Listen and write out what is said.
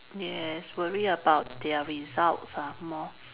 yes worry about their results ah more